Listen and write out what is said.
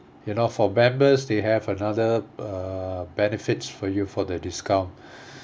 you know for members they have another uh benefits for you for the discount